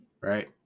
Right